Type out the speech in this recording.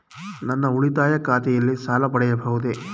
ನನ್ನ ಉಳಿತಾಯ ಖಾತೆಯಲ್ಲಿ ಸಾಲ ಪಡೆಯಬಹುದೇ?